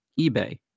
eBay